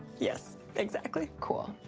yes. exactly. cool.